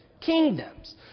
kingdoms